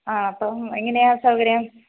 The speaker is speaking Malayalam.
ആ അപ്പം എങ്ങനെയാണ് സൗകര്യം